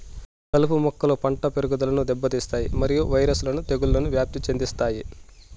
కలుపు మొక్కలు పంట పెరుగుదలను దెబ్బతీస్తాయి మరియు వైరస్ ను తెగుళ్లను వ్యాప్తి చెందిస్తాయి